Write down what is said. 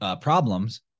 problems